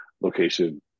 location